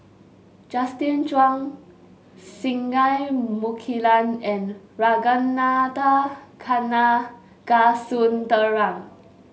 Justin Zhuang Singai Mukilan and Ragunathar Kanagasuntheram